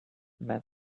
met